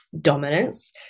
dominance